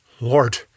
Lord